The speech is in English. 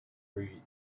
greeted